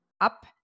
up